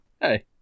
Hey